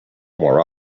more